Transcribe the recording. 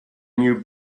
new